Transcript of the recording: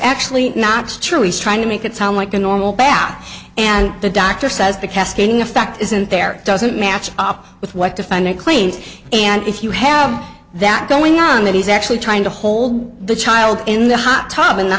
actually not true he's trying to make it sound like a normal bath and the doctor says the cascading effect isn't there it doesn't match up with what defines a clean and if you have that going on that he's actually trying to hold the child in the hot tub in the